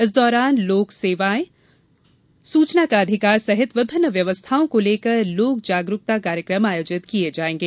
इस दौरान लोक सेवाओं के प्रदान की गारंटी सुचना का अधिकार सहित विभिन्न व्यवस्थाओं को लेकर लोक जागरूकता कार्यक्रम आयोजित किये जायेंगे